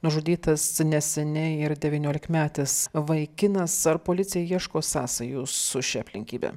nužudytas neseniai ir devyniolikmetis vaikinas ar policija ieško sąsajų su šia aplinkybe